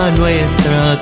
nuestra